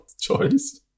choice